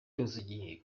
cyose